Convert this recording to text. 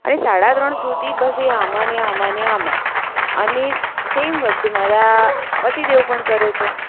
અને સાડા ત્રણ સુધી બસ એ આમાં ને આમાં ને આમાં અને સેમ વસ્તુ મારા પતિદેવ પણ કરે છે